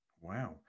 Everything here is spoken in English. Wow